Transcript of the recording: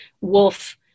Wolf